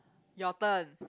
your turn